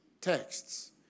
texts